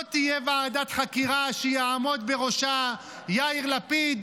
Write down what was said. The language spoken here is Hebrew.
לא תהיה ועדת חקירה שיעמדו בראשה יאיר לפיד,